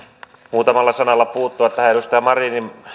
muutamalla sanalla puuttua tähän edustaja marinin